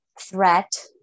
threat